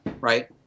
right